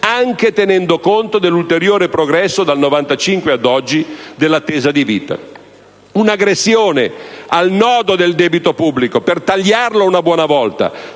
anche tenendo conto dell'ulteriore progresso dell'attesa di vita tra il 1995 ed oggi. Un'aggressione al nodo del debito pubblico, per tagliarlo una buona volta,